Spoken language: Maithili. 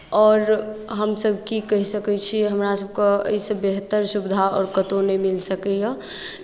आओर हमसभ की कहि सकै छी हमरा सभके एहिसँ बेहतर सुविधा आओर कतहु नहि मिल सकैए